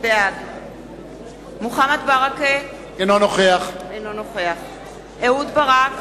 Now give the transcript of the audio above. בעד מוחמד ברכה, אינו נוכח אהוד ברק,